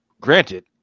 Granted